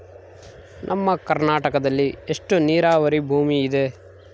ನಮ್ಮ ಕರ್ನಾಟಕದಲ್ಲಿ ಎಷ್ಟು ನೇರಾವರಿ ಭೂಮಿ ಇದೆ?